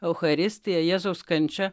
eucharistija jėzaus kančia